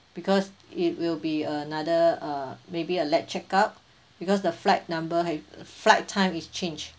because it will be another uh maybe a late check out because the flight number have uh flight time is change